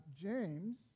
James